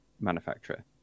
manufacturer